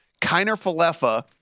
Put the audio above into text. Kiner-Falefa